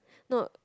no